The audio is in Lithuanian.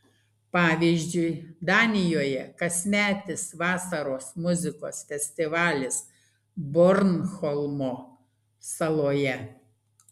pavyzdžiui danijoje kasmetis vasaros muzikos festivalis bornholmo saloje